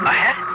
Ahead